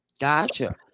Gotcha